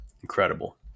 incredible